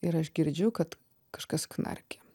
ir aš girdžiu kad kažkas knarkia